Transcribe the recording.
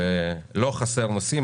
ולא חסר נושאים.